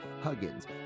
huggins